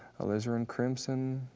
alizarin crimson,